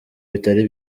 bitari